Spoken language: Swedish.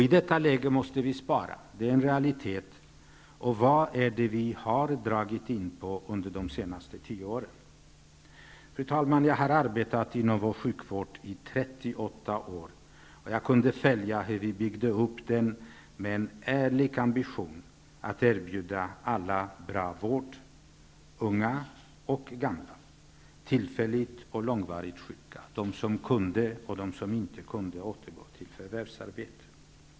I detta läge måste vi spara. Det är en realitet. Och vad är det vi har dragit in på under de senaste tio åren? Fru talman! Jag har arbetat inom vår sjukvård i 38 år. Jag kunde följa hur vi byggde upp den med en ärlig ambition att erbjuda alla bra vård: unga och gamla, tillfälligt och långvarigt sjuka, de som kunde och de som inte kunde återgå till förvärvsarbete.